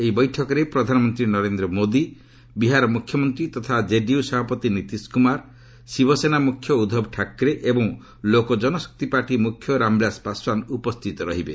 ଏହି ବୈଠକରେ ପ୍ରଧାନମନ୍ତ୍ରୀ ନରେନ୍ଦ୍ର ମୋଦି ବିହାର ମୁଖ୍ୟମନ୍ତ୍ରୀ ତଥା କେଡିୟୁ ସଭାପତି ନୀତିଶ କୁମାର ଶିବସେନା ମୁଖ୍ୟ ଉଦ୍ଧବ ଠାକ୍ରେ ଏବଂ ଲୋକ ଜନଶକ୍ତି ପାର୍ଟି ମୁଖ୍ୟ ରାମବିଳାସ ପାଶ୍ୱାନ୍ ଉପସ୍ଥିତ ରହିବେ